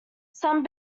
some